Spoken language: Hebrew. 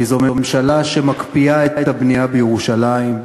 כי זו ממשלה שמקפיאה את הבנייה בירושלים,